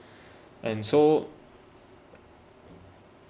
and so